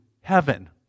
heaven